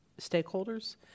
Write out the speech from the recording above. stakeholders